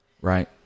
Right